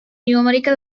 numerical